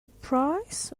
price